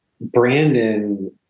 Brandon